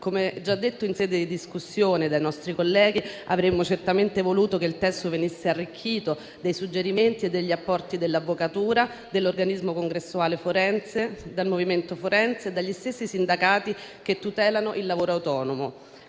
Come già detto in sede di discussione dai nostri colleghi, avremmo certamente voluto che il testo venisse arricchito dei suggerimenti e degli apporti dell'avvocatura, dell'organismo congressuale forense, del movimento forense e degli stessi sindacati che tutelano il lavoro autonomo.